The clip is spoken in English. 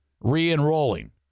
Re-enrolling